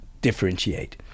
differentiate